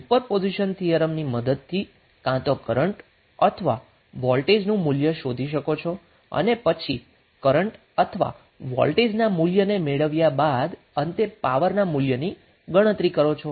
તમે સુપરપોઝિશન થિયરમની મદદથી કાં તો કરન્ટ અથવા વોલ્ટેજનું મુલ્ય શોધી શકો છો અને પછી કરન્ટ અથવા વોલ્ટેજના મુલ્યને મેળવ્યા બાદ અંતે પાવરના મૂલ્યની ગણતરી કરો છો